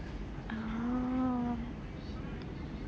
oh